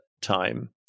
time